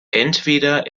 entweder